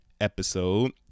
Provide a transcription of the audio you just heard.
episode